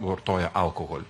vartoja alkoholį